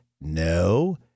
No